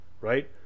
right